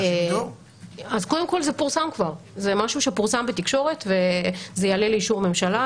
זה משהו שפורסם בתקשורת וזה יעלה לאישור ממשלה.